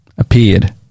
appeared